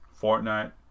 Fortnite